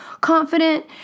confident